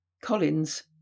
Collins